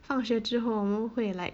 放学之后我们会 like